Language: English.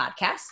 podcast